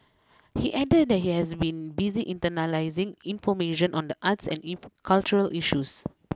he added that he has been busy internalising information on the arts and in cultural issues